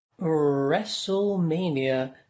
WrestleMania